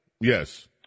Yes